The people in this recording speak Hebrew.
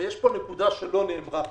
יש פה נקודה שלא נאמרה פה.